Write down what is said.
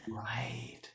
Right